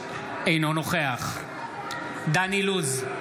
אינו נוכח דן אילוז,